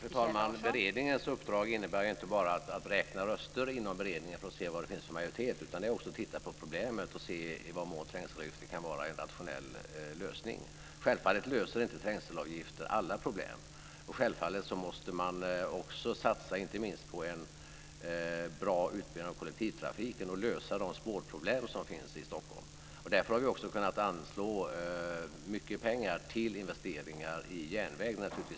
Fru talman! Beredningens uppdrag är inte bara att räkna röster inom beredningen för att se vad det finns för majoritet, utan det är också att titta på problemet och se i vad mån trängselavgifter kan vara en rationell lösning. Självfallet löser inte trängselavgifter alla problem, och självfallet måste man också satsa inte minst på en bra utbyggnad av kollektivtrafiken och lösa de spårproblem som finns i Stockholm. Därför har vi också kunnat anslå mycket pengar till investeringar i järnväg.